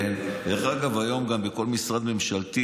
היום בכל משרד ממשלתי,